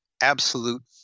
absolute